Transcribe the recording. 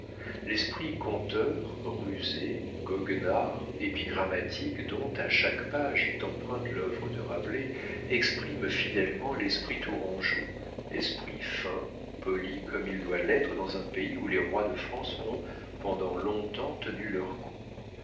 l'esprit conteur rusé goguenard épigrammatique dont à chaque page est empreinte l'œuvre de rabelais exprime fidèlement l'esprit tourangeau esprit fin poli comme il doit l'être dans un pays où les rois de france ont pendant long-temps tenu leur cour